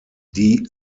die